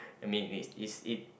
I mean it's it's it